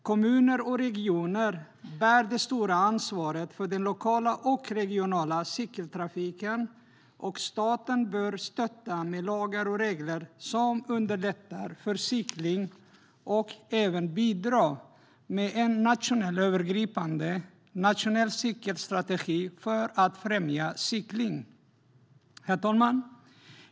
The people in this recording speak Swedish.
Kommuner och regioner bär det stora ansvaret för den lokala och regionala cykeltrafiken och staten bör stötta med lagar och regler som underlättar för cykling och även bidra med en nationell övergripande nationell cykelstrategi för att främja cykling. Herr talman!